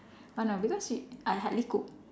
oh no because we I hardly cook